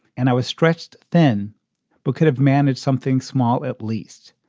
and i was stretched thin but could have managed something small at least.